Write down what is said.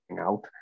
out